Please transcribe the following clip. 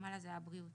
למעלה זה היה בריאות,